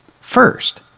First